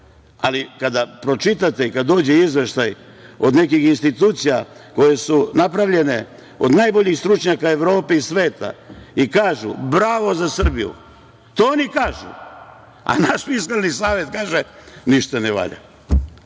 Kada pročitate kada dođe izveštaj od nekih institucija koje su napravljene od najboljih stručnjaka Evrope i sveta i kažu "bravo za Srbiju", to oni kažu, a naš Fiskalni savet kaže "ništa ne